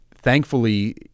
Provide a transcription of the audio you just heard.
Thankfully